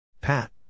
Pat